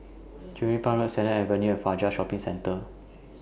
Cluny Park Road Sennett Avenue and Fajar Shopping Centre